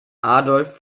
adolf